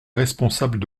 responsables